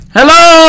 Hello